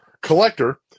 collector